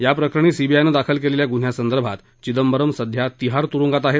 याप्रकरणी सीबीआयनं दाखल केलेल्या गुन्ह्यासंदर्भात चिदंबरम सध्या तिहार तुरुंगात आहेत